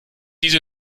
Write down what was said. diese